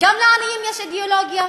גם לעניים יש אידיאולוגיה.